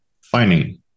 finding